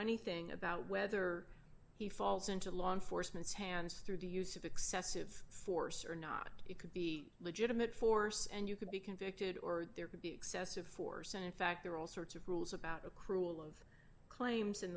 anything about whether he falls into law enforcement's hands through the use of excessive force or not it could be legitimate force and you could be convicted or there could be excessive force and in fact there are all sorts of rules about a cruel of claims and